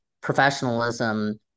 professionalism